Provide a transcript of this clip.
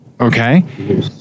Okay